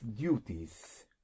duties